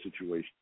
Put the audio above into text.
situation